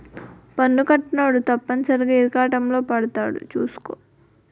పన్ను కట్టనోడు తప్పనిసరిగా ఇరకాటంలో పడతాడు సూసుకో